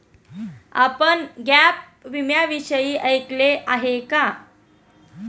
आपण गॅप विम्याविषयी ऐकले आहे का?